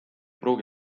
pruugi